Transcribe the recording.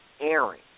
airing